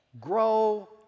grow